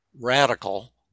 radical